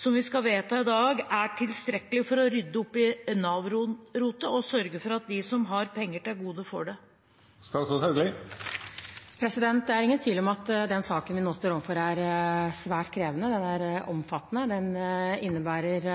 som vi skal vedta i dag, er tilstrekkelig for å rydde opp i Nav-rotet og sørge for at de som har penger til gode, får det? Det er ingen tvil om at den saken vi nå står overfor, er svært krevende. Den er omfattende. Den innebærer